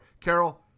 Carol